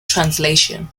translation